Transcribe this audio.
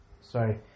sorry